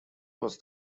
was